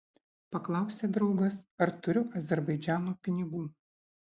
paklausė draugas ar turiu azerbaidžano pinigų